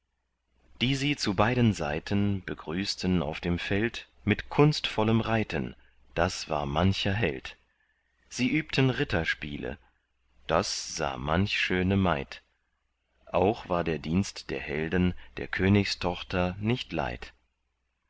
die sie zu beiden seiten begrüßten auf dem feld mit kunstvollem reiten das war mancher held sie übten ritterspiele das sah manch schöne maid auch war der dienst der helden der königstochter nicht leid